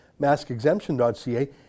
maskexemption.ca